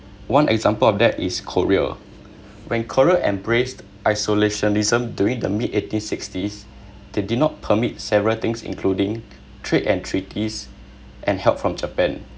one example of that is korea when korea embraced isolationism during the mid eighteen sixties they did not permit several things including trade and treaties and help from japan